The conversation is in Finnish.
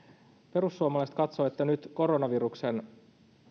perussuomalaiset katsovat että nyt koronaviruksen